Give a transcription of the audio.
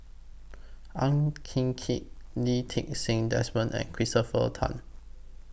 Ang Hin Kee Lee Ti Seng Desmond and Christopher Tan